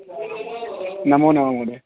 नमो नमः महोदय